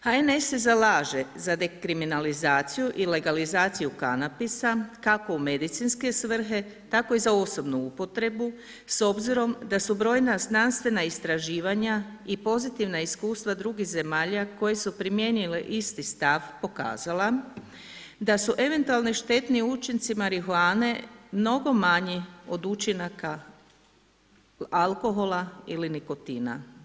HNS se zalaže za dekriminalizaciju i legalizaciju kanabisa, kako u medicinske svrhe, tako i za osobnu upotrebu s obzirom da su brojna znanstvena istraživanja i pozitivna iskustva drugih zemalja koje su primijenile isti stav pokazala da su eventualni štetni učinci marihuane mnogo manji od učinaka alkohola ili nikotina.